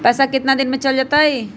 पैसा कितना दिन में चल जतई?